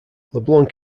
leblanc